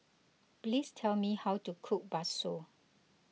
please tell me how to cook Bakso